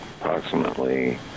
approximately